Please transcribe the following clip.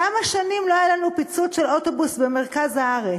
כמה שנים לא היה לנו פיצוץ של אוטובוס במרכז הארץ?